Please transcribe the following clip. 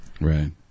Right